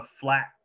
flat